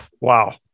wow